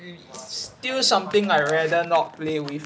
it's still something I'd rather not play with